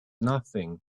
nothing